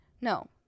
No